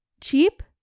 cheap